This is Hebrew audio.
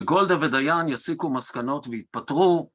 גולדה ודיין יסיקו מסקנות ויתפטרו